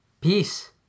peace